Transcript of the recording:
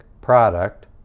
product